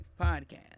podcast